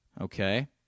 Okay